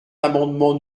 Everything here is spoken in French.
l’amendement